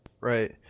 Right